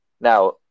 Now